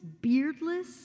beardless